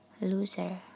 loser